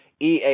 EA